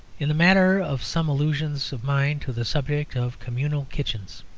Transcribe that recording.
in the matter of some allusions of mine to the subject of communal kitchens.